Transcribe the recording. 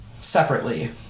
separately